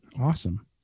Awesome